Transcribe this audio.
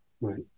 right